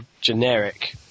generic